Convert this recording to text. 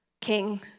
king